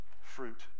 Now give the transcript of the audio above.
fruit